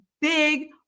big